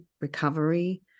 recovery